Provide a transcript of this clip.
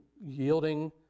yielding